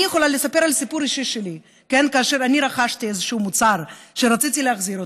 אני יכולה לספר סיפור אישי שלי: כאשר רכשתי איזשהו מוצר שרציתי להחזיר,